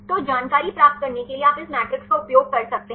तो जानकारी प्राप्त करने के लिए आप इस मैट्रिक्स का उपयोग कर सकते हैं